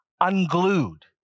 unglued